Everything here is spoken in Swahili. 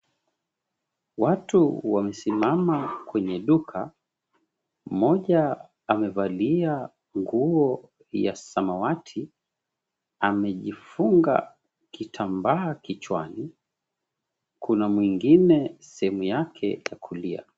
Watu wamesimama kwenye duka, mmoja amevalia nguo ya samawati, amejifunga kitambaa kichwani. Kuna mwingine sehemu yake ya kulia.